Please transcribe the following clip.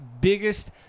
biggest